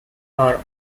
are